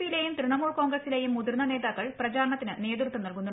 പിയിലെയും തൃണമൂൽ കോൺഗ്രസിലെയും മുതിർന്ന നേതാക്കൾ പ്രചാരണത്തിന് നേതൃത്വം നൽകുന്നു